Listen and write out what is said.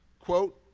quote,